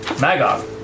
Magog